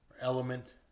Element